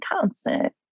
constant